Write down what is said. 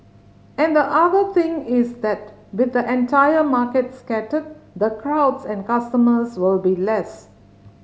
and the other thing is that with the entire market scattered the crowds and customers will be less